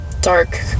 dark